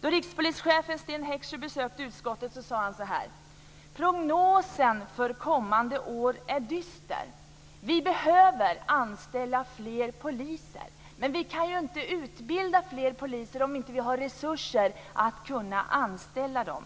Då rikspolischefen Sten Heckscher besökte utskottet sade han: Prognosen för kommande år är dyster. Vi behöver anställa fler poliser, men vi kan inte utbilda fler poliser om vi inte har resurser att kunna anställa dem.